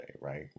right